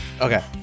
Okay